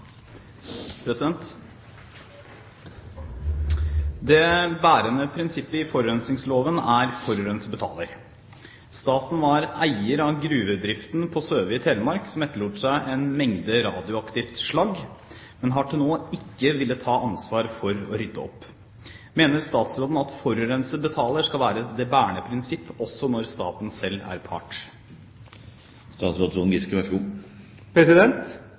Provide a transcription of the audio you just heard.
bærende prinsippet i forurensningsloven er «forurenser betaler». Staten var eier av gruvedriften på Søve i Telemark, som etterlot seg en mengde radioaktivt slagg, men har til nå ikke villet ta ansvar for å rydde opp. Mener statsråden at «forurenser betaler» skal være det bærende prinsipp også når staten selv er part?»